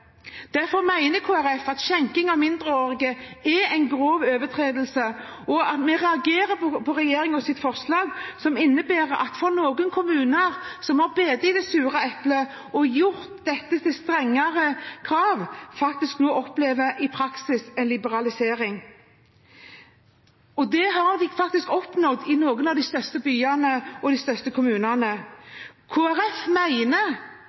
Derfor mener Kristelig Folkeparti at skjenking av mindreårige er en grov overtredelse. Vi reagerer på regjeringens forslag, som innebærer at noen kommuner som har bitt i det sure eplet og gjort kravene til dette strengere, i praksis nå opplever en liberalisering. Dette har man faktisk oppnådd i noen av de største byene og i de største kommunene.